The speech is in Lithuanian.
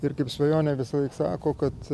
ir kaip svajonė visąlaik sako kad